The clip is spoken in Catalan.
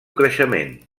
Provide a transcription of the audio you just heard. creixement